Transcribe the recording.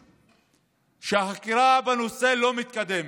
רואים שהחקירה בנושא לא מתקדמת.